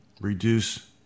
reduce